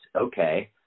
okay